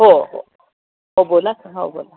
हो हो हो बोला हो बोला